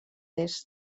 est